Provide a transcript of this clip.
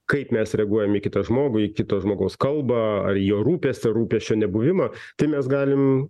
kaip mes reaguojamį kitą žmogų į kito žmogaus kalbą ar jo rūpestį rūpesčio nebuvimą tai mes galim